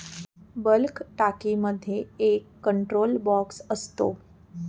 bulk टाकीमध्ये एक control box असतो